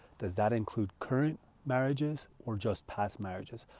does that include current marriages or just past marriages?